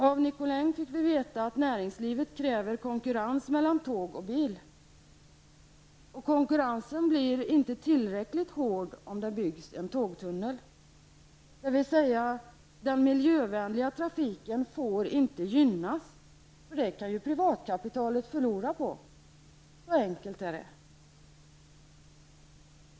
Av Nicolin fick vi veta att näringslivet kräver konkurrens mellan tåg och bil. Konkurrensen blir inte tillräckligt hård om det byggs en tågtunnel, dvs. den miljövänliga trafiken får inte gynnas, eftersom privatkapitalet kan förlora på det. Så enkelt är det!